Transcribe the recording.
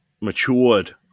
matured